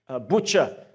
butcher